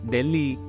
Delhi